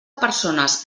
persones